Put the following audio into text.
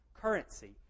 currency